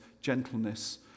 gentleness